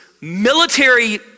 military